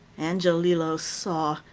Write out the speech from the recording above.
angiolillo saw,